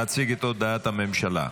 אדוני, להציג את הודעת הממשלה.